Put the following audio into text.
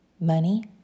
money